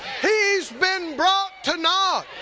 he's been brought to nought.